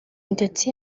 ndetse